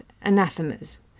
anathemas